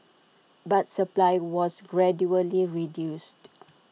but supply was gradually reduced